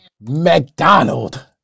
McDonald